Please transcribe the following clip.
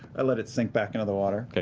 i let it sink back into the water.